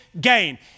gain